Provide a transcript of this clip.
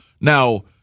Now